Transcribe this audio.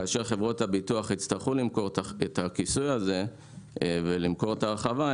כאשר חברות הביטוח יצטרכו למכור את הכיסוי הזה ולמכור את ההרחבה,